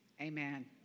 amen